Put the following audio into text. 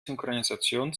synchronisation